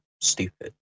stupid